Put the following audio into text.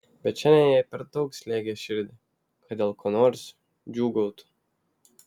bet šiandien jai per daug slėgė širdį kad dėl ko nors džiūgautų